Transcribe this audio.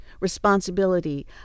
responsibility